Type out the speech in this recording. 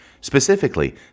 Specifically